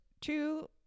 two